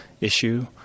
issue